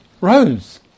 rose